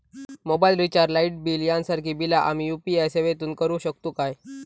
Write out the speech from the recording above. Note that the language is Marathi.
मोबाईल रिचार्ज, लाईट बिल यांसारखी बिला आम्ही यू.पी.आय सेवेतून करू शकतू काय?